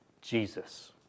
Jesus